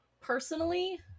Personally